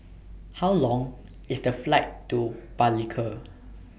How Long IS The Flight to Palikir